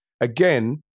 again